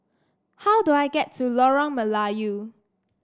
how do I get to Lorong Melayu